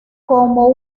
como